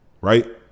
Right